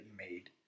made